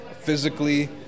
physically